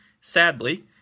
Sadly